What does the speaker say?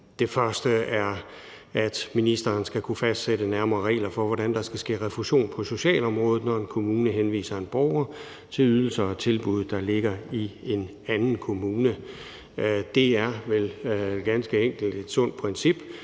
Det første er, at ministeren skal kunne fastsætte nærmere regler for, hvordan der skal ske refusion på socialområdet, når en kommune henviser en borger til ydelser og tilbud, der ligger i en anden kommune. Det er vel ganske enkelt et sundt princip,